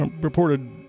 reported